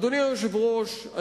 אדוני היושב-ראש,